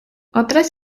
otras